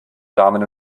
damen